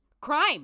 crime